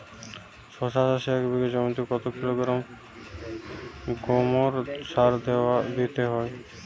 শশা চাষে এক বিঘে জমিতে কত কিলোগ্রাম গোমোর সার দিতে হয়?